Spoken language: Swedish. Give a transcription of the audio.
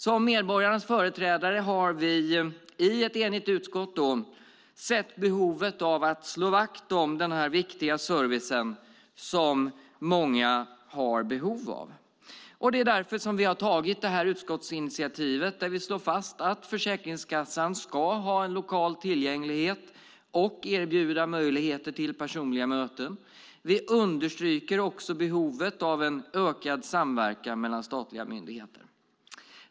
Som medborgarnas företrädare har vi - i ett enigt utskott - sett behovet av att slå vakt om denna viktiga service som många har behov av. Det är därför vi har tagit detta utskottsinitiativ, där vi slår fast att Försäkringskassan ska ha lokal tillgänglighet och erbjuda möjligheter till personliga möten. Vi understryker också behovet av en ökad samverkan mellan statliga myndigheter.